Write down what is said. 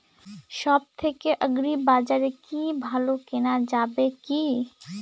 সব থেকে আগ্রিবাজারে কি ভালো কেনা যাবে কি?